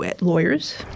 lawyers